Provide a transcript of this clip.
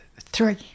three